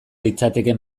litzateke